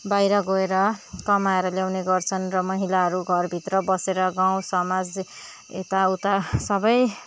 बाहिर गएर कमाएर ल्याउने गर्छन् र महिलाहरू घरभित्र बसेर गाउँ समाज यता उता सबै